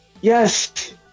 yes